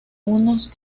unos